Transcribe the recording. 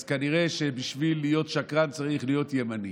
אז כנראה שבשביל להיות שקרן צריך להיות ימני.